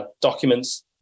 documents